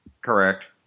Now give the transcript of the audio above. correct